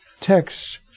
texts